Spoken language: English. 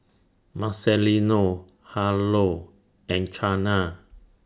Marcelino Harlow and Chana